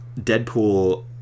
Deadpool